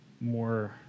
more